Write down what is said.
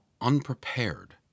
unprepared